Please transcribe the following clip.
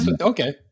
okay